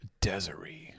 Desiree